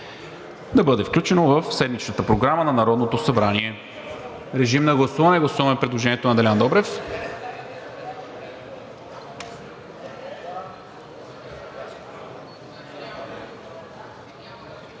да бъде включено в седмичната Програма на Народното събрание. Моля, режим на гласуване – гласуваме предложението на Делян Добрев.